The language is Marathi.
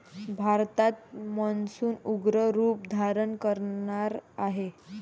भारतात मान्सून उग्र रूप धारण करणार आहे